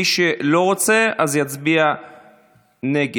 מי שלא רוצה, יצביע נגד.